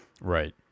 Right